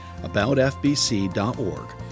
aboutfbc.org